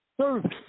service